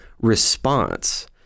response